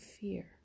fear